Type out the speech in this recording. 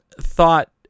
thought